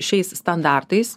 šiais standartais